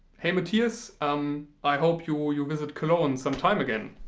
hey mathias um i hope you you visit cologne some time again.